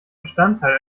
bestandteil